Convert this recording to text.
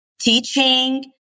teaching